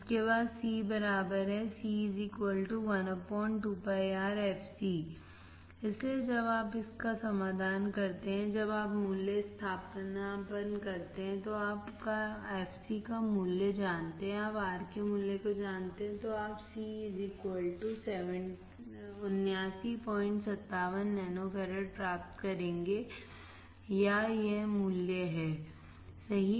इसके बाद C बराबर है C 1 2πRfc इसलिए जब आप इस का समाधान करते हैं जब आप मूल्य स्थानापन्न करते हैं तो आप fc का मूल्य जानते हैंआप R के मूल्य को जानते हैं तो आप C 7957 नैनोफैराड प्राप्त करेंगे या यह मूल्य हैसही